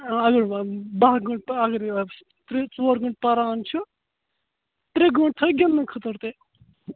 ٲں اگر بہٕ باہ گنٛٹہٕ اگر ترٛےٚ ژور گنٛٹہٕ پَران چھُ ترٛےٚ گنٛٹہٕ تھٔو گِنٛدنہٕ خٲطرٕ تہِ